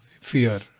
fear